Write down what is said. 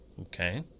okay